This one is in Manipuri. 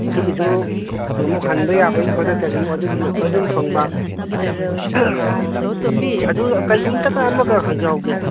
ꯑꯗꯨꯒꯤꯁꯨ ꯑꯃꯨꯛ ꯍꯟꯕ ꯌꯥꯕꯒꯤ ꯈꯨꯗꯛꯇ ꯑꯗꯨꯝ ꯑꯗꯨꯒꯤꯁꯨ ꯑꯣꯐꯔꯁꯨꯃꯨꯛ ꯐꯪꯕ ꯑꯗꯨ ꯀꯩꯒꯨꯝꯕ ꯑꯝꯇꯒ ꯑꯃꯒ ꯍꯪꯖꯍꯧꯒꯦ